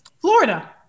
Florida